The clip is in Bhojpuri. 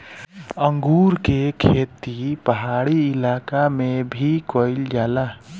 अंगूर के खेती पहाड़ी इलाका में भी कईल जाला